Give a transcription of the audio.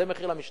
זה מחיר למשתכן.